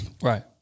Right